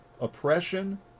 oppression